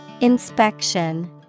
Inspection